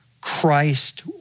Christ